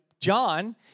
John